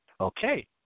Okay